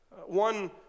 One